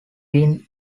win